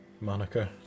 moniker